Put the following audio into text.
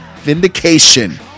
vindication